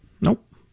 Nope